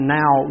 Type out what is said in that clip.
now